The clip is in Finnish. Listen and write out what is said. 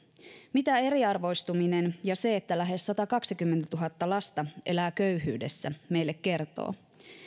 mitä eriarvoistuminen ja se että lähes satakaksikymmentätuhatta lasta elää köyhyydessä meille kertovat